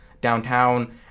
downtown